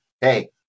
hey